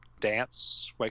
Dance